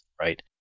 right